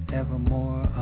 evermore